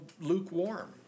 lukewarm